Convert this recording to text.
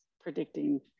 predicting